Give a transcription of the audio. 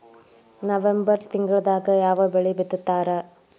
November ತಿಂಗಳದಾಗ ಯಾವ ಬೆಳಿ ಬಿತ್ತತಾರ?